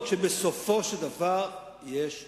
הפגנות כשבסופו של דבר יש פצועים.